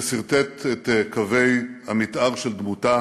שסרטט את קווי המתאר של דמותה,